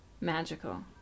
magical